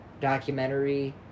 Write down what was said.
documentary